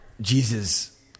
Jesus